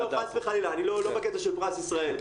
לא, חס וחלילה, אני לא בקטע של פרס ישראל.